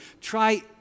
try